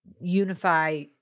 unify